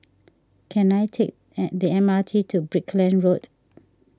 can I take the M R T to Brickland Road